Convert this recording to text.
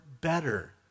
better